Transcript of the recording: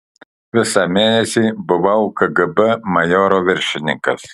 visą mėnesį buvau kgb majoro viršininkas